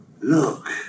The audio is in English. Look